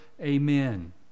Amen